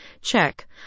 Check